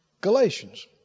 Galatians